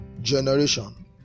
generation